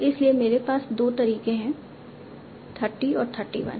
इसलिए मेरे पास 2 तरीके हैं 30 और 31